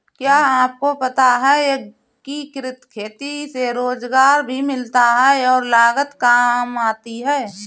क्या आपको पता है एकीकृत खेती से रोजगार भी मिलता है और लागत काम आती है?